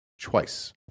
twice